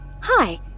Hi